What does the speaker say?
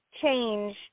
change